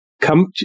Come